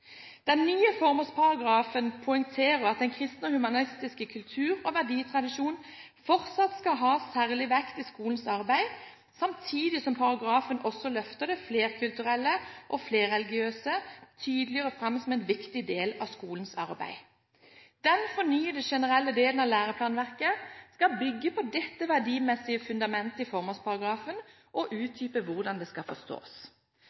Den nye formålsparagrafen poengterer at den kristne og humanistiske kultur- og verditradisjonen fortsatt skal ha særlig vekt i skolens arbeid, samtidig som paragrafen også løfter det flerkulturelle og flerreligiøse tydeligere fram som en viktig del av skolens arbeid. Den fornyede generelle delen av læreplanverket skal bygge på dette verdimessige fundamentet i formålsparagrafen, og utdype hvordan det skal forstås.